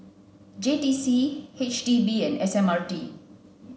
J T C H D B and S M R T